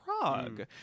Prague